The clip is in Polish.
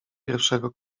pierwszego